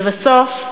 לבסוף,